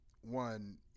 one